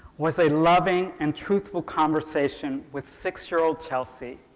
was a loving and truthful conversation with six-year-old chelsea,